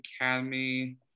academy